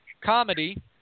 comedy